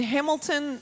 Hamilton